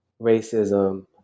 racism